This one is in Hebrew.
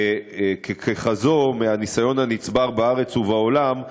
וככזו, מהניסיון הנצבר בארץ ובעולם,